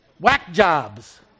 whack-jobs